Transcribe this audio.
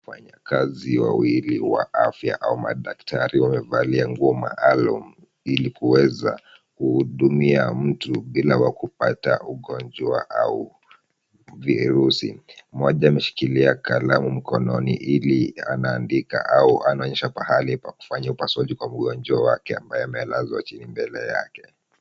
Wafanyakazi wawili wa afya au madaktari wamevalia nguo maalum ili kuweza kuhudumia mtu bila kupata ugonjwa virusi. Mmoja ameshikilia kalamu mkononi ili anaandika au anaonyesha pahali pa kufanya upasuaji kwa mgonjwa wake ambaye amelazwa chini mbele yake.